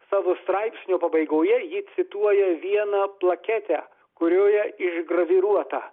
savo straipsnio pabaigoje ji cituoja vieną plaketę kurioje išgraviruota